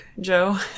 Joe